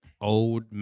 old